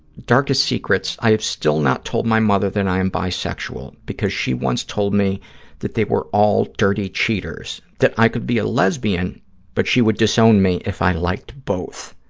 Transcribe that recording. darkest secrets, i have still not told my mother that i am bisexual because she once told me that they were all dirty cheaters, that i could be a lesbian but she would disown me if i liked both.